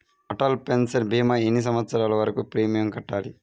Atal pension భీమా ఎన్ని సంవత్సరాలు వరకు ప్రీమియం కట్టాలి?